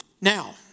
Now